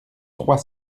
trois